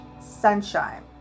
sunshine